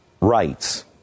rights